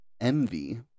Envy